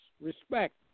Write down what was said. respect